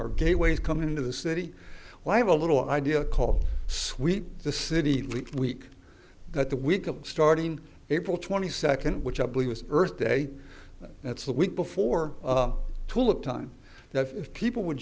our gateways coming into the city why have a little idea called sweep the city week that the week of starting april twenty second which i believe is earth day that's the week before tulip time that if people would